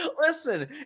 Listen